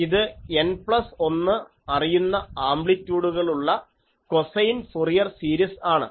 ഇത് N plus 1 അറിയുന്ന ആംപ്ലിറ്റ്യൂഡുകളുള്ള കൊസൈൻ ഫൊറിയർ സീരിസ് ആണ്